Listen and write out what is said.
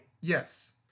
Yes